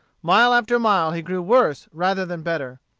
mile after mile, he grew worse rather than better.